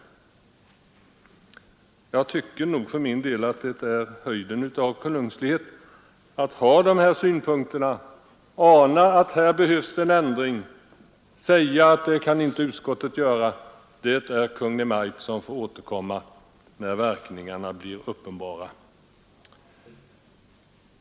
Jag tycker för min del att det är höjden av konungslighet att framföra dessa synpunkter — ana att här behövs en ändring men säga att en sådan kan utskottet inte föreslå, utan det är Kungl. Maj:t som får återkomma när verkningarna blir uppenbara.